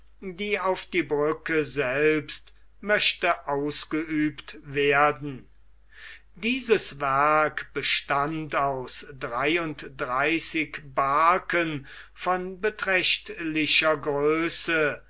die auf die brücke selbst möchte ausgeübt werden dieses werk bestand aus dreiunddreißig barken von beträchtlicher größe